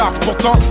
Pourtant